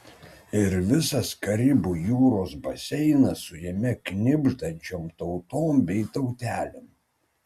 ir visas karibų jūros baseinas su jame knibždančiom tautom bei tautelėm